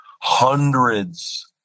hundreds